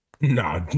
Nah